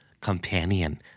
companion